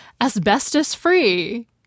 asbestos-free